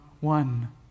one